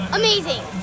amazing